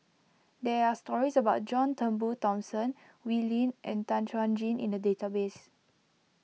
there are stories about John Turnbull Thomson Wee Lin and Tan Chuan Jin in the database